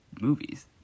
movies